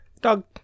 Dog